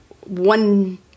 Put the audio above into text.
one